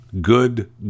good